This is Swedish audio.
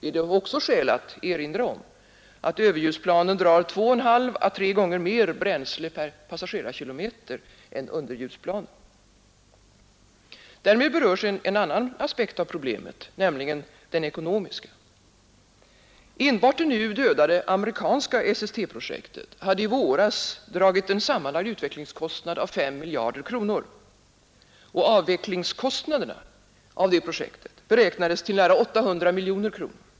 är det ocksa skäl att erinra om att överljudsplanen drar 2,5 å 3 gånger mer bränsle per passagerarkilometer än underljudsplanen. Därmed berörs en annan aspekt av problemet, nämligen den ekonomiska. Enbart det nu dödade amerikanska SST-projektet hade i våras dragit en sammanlagd utvecklingskostnad av 5 miljarder kronor, och avvecklingskostnaderna för det projektet beräknades till nära 800 miljoner kronor.